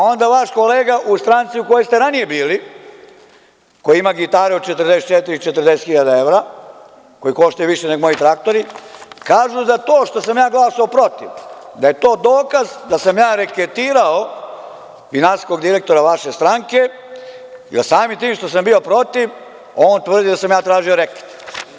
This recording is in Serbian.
Onda vaš kolega u stranci u kojoj ste ranije bili, koji ima gitaru od 44-40 hiljada evra, koja košta više nego moji traktori, kaže za to što sam ja glasao protiv da je to dokaz da sam ja reketirao finansijskog direktora vaše stranke, jer samim tim što sam bio protiv, on tvrdi da sam ja tražio reket.